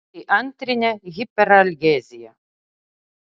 tai antrinė hiperalgezija